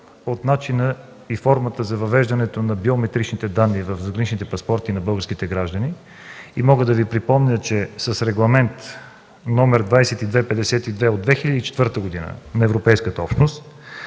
с начина и формата за въвеждането на биометричните данни в задграничните паспорти на българските граждани. Мога да Ви припомня, че с Регламент № 2252 от 2004 г. на Европейската общност